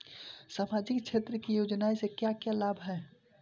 सामाजिक क्षेत्र की योजनाएं से क्या क्या लाभ है?